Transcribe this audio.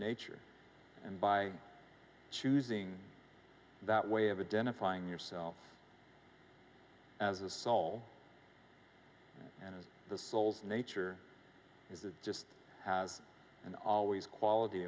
nature and by choosing that way of a dental flying yourself as a soul and the souls nature is a just have and always quality